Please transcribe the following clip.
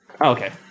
Okay